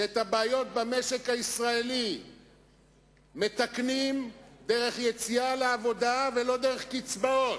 שאת הבעיות במשק הישראלי מתקנים דרך יציאה לעבודה ולא דרך קצבאות.